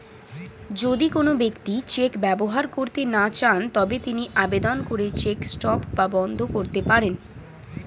যদি কোন ব্যক্তি চেক ব্যবহার করতে না চান তবে তিনি আবেদন করে চেক স্টপ বা বন্ধ করতে পারেন